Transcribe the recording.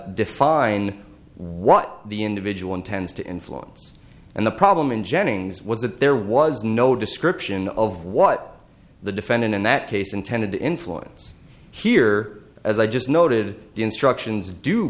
define what the individual intends to influence and the problem in jennings was that there was no description of what the defendant in that case intended influence here as i just noted the instructions d